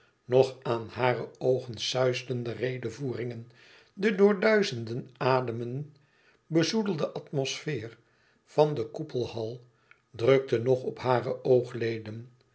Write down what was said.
nog aan hare ooren suisden de redevoeringen de door duizenden ademen bezoedelde atmosfeer van de koepelhal drukte nog op hare oogleden